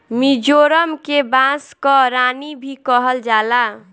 मिजोरम के बांस कअ रानी भी कहल जाला